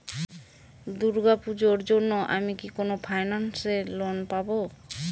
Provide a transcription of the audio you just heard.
দূর্গা পূজোর জন্য আমি কি কোন ফাইন্যান্স এ লোন পাবো?